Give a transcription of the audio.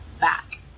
back